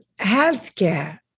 healthcare